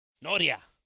Noria